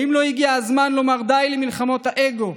האם לא הגיע הזמן לומר די למלחמות האגו?